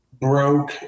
broke